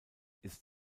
ist